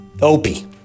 Opie